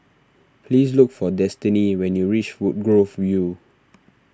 please look for Destini when you reach Woodgrove View